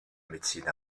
médecine